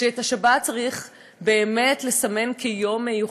שאת השבת צריך באמת לסמן כיום מיוחד.